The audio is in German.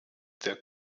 der